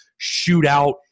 shootout